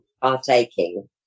partaking